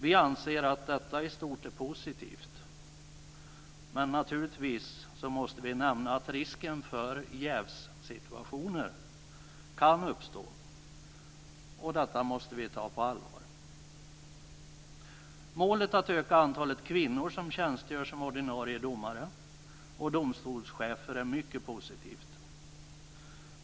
Vi anser att detta i stort är positivt, men naturligtvis måste vi nämna risken för att jävssituationer kan uppstå, och detta måste vi ta på allvar. Målet att öka antalet kvinnor som tjänstgör som ordinarie domare och domstolschefer är mycket positivt.